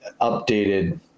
updated